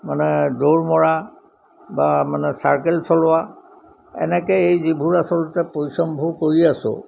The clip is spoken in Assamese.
মানে দৌৰ মৰা বা মানে চাইকেল চলোৱা এনেকৈ এই যিবোৰ আচলতে পৰিশ্ৰমবোৰ কৰি আছোঁ